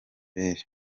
djabel